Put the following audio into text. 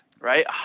right